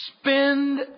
spend